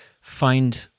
find